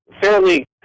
fairly